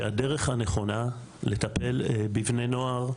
שהדרך הנכונה לטפל בבני נוער,